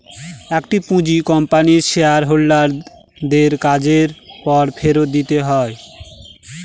একটি পুঁজি কোম্পানির শেয়ার হোল্ডার দের কাজের পর ফেরত দিতে হয়